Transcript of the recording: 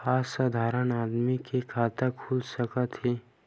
का साधारण आदमी के खाता खुल सकत हे?